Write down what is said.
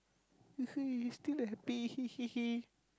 you see he's still a happy